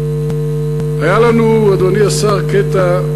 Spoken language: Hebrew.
היה לנו, אדוני השר, קטע,